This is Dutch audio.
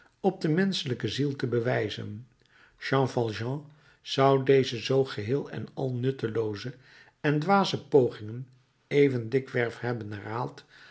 op de menschelijke ziel te bewijzen jean valjean zou deze zoo geheel en al nuttelooze en dwaze pogingen even dikwerf hebben herhaald